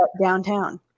downtown